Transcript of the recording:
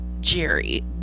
Jerry